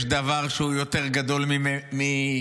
יש דבר שהוא יותר גדול מיהדות.